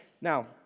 Now